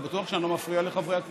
אתה בטוח שאני לא מפריע לחברי הכנסת?